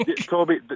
Toby